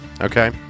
Okay